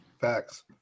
Facts